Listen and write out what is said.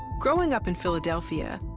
growing up in philadelphia,